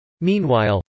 Meanwhile